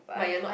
but you're not